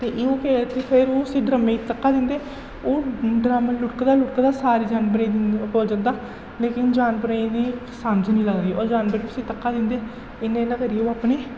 ते इ'यो फेर ओह् उसी ड्रमै गी धक्का दिंदे ओह् ड्रम लुड़कदा लुड़कदा सारें जानवरें कोल जंदा लेकिन जानवरें गी समझ निं लगदी ओह् जानवर उसी धक्का दिंदे इ'यां इ'यां करियै ओह् अपने